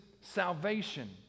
salvation